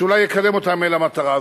שאולי יקדם אותם אל המטרה הזאת.